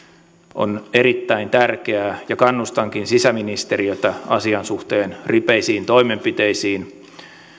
on erittäin tärkeää ja kannustankin sisäministeriötä asian suhteen ripeisiin toimenpiteisiin